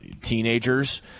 teenagers